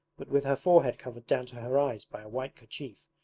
but with her forehead covered down to her eyes by a white kerchief,